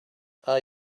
are